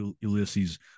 Ulysses